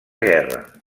guerra